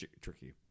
tricky